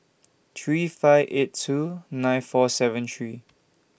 three five eight two nine four seven three